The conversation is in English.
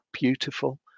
beautiful